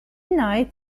night